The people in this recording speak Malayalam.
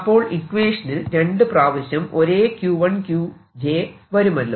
അപ്പോൾ ഇക്വേഷനിൽ രണ്ടു പ്രാവശ്യം ഒരേ Qi Qj വരുമല്ലോ